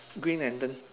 green lantern